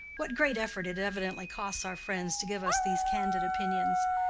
what great effort it evidently costs our friends to give us these candid opinions!